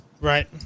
Right